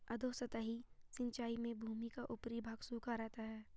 अधोसतही सिंचाई में भूमि का ऊपरी भाग सूखा रहता है